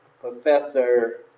professor